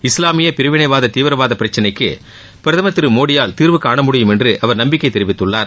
இஸ்லாமிய பிரிவினைவாத தீவிரவாத பிரச்சினைக்கு பிரதமர் மோடியால் தீர்வுகாணமுடியும் என்று அவர் நம்பிக்கை தெரிவித்துள்ளார்